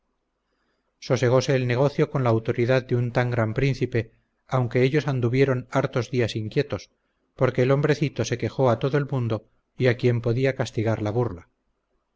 su casa sosegose el negocio con la autoridad de un tan gran príncipe aunque ellos anduvieron hartos días inquietos porque el hombrecito se quejó a todo el mundo y a quien podía castigar la burla